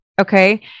Okay